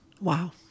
Wow